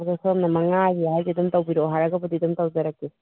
ꯑꯗꯣ ꯁꯣꯝꯅ ꯃꯉꯥꯒꯤ ꯍꯥꯏꯁꯦ ꯑꯗꯨꯝ ꯇꯧꯕꯤꯔꯛꯑꯣ ꯍꯥꯏꯔꯒꯕꯨꯗꯤ ꯑꯗꯨꯝ ꯇꯧꯖꯔꯛꯀꯦ